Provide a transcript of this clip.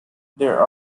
there